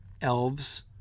Elves